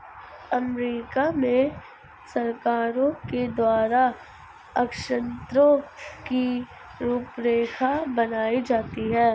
अमरीका में सरकारों के द्वारा ऋण की रूपरेखा बनाई जाती है